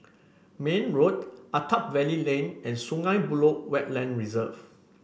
Mayne Road Attap Valley Lane and Sungei Buloh Wetland Reserve